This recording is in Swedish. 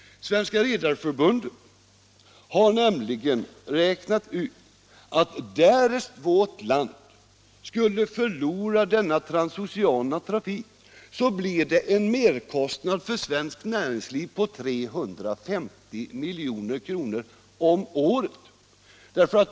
Sveriges redareförening har nämligen räknat ut att därest vårt land skulle förlora denna transoceana trafik blir det en merkostnad för svenskt näringsliv på 350 milj.kr. om året.